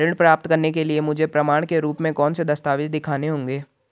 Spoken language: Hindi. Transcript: ऋण प्राप्त करने के लिए मुझे प्रमाण के रूप में कौन से दस्तावेज़ दिखाने होंगे?